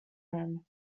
room